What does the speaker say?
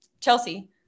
Chelsea